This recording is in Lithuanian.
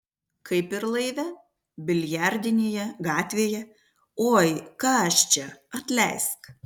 kaip ir laive biliardinėje gatvėje oi ką aš čia atleisk